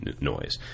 noise